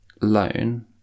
loan